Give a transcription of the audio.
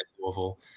Louisville